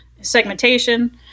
segmentation